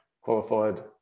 qualified